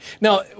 Now